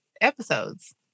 episodes